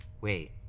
Wait